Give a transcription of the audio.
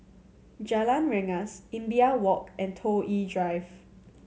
Jalan Rengas Imbiah Walk and Toh Yi Drive